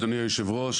אדוני היושב-ראש,